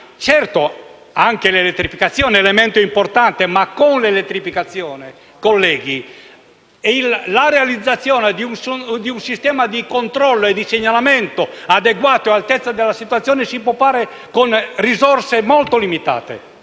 Certo, anche l'elettrificazione è un elemento importante, ma insieme all'elettrificazione, colleghi, la realizzazione di un sistema di controllo e di segnalamento adeguato e all'altezza della situazione si può attuare con risorse molto limitate.